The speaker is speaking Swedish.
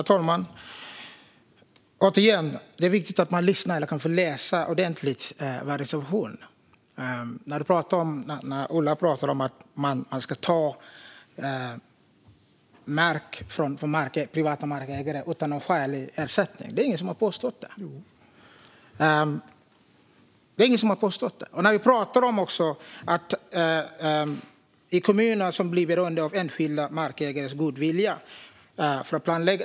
Herr talman! Återigen: Det är viktigt att lyssna på vad som sägs eller kanske läsa vår reservation ordentligt. Ola talar om att ta mark från privata markägare utan skälig ersättning. Det har ingen påstått. Vi har talat om kommuner som blir beroende av enskilda markägares goda vilja för att kunna planlägga.